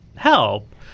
Help